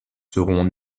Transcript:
seront